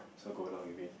so go along with it